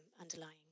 underlying